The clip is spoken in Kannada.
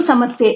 ಇದು ಸಮಸ್ಯೆ